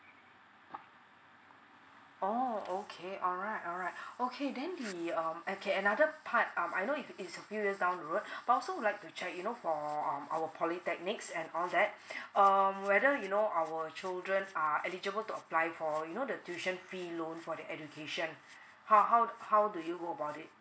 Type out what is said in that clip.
oh okay alright alright okay then the um okay another part um I know it's it's a few years down road but I also would like to check you know for um our polytechnics and all that um whether you know our children are eligible to apply for you know the tuition fee loan for their education how how how do you go about it